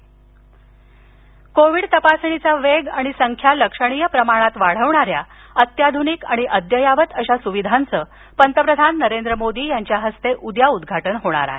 पंतप्रधान कोविड तपासणीचा वेग आणि संख्या लक्षणीय प्रमाणात वाढविणाऱ्या अत्याधुनिक आणि अद्ययावत अशा सुविधांचं पंतप्रधान नरेंद्र मोदी यांच्या हस्ते उद्या उद्वाटन होणार आहे